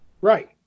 Right